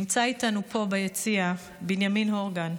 נמצא איתנו פה ביציע בנימין הורגן.